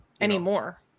anymore